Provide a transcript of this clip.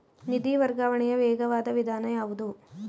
ನಿಧಿ ವರ್ಗಾವಣೆಯ ವೇಗವಾದ ವಿಧಾನ ಯಾವುದು?